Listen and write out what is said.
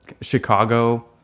Chicago